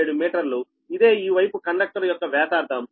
0067 మీటర్లు ఇదే ఈ వైపు కండక్టర్ యొక్క వ్యాసార్థం